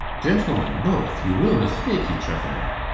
gentlemen both, you will mistake each other